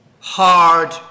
hard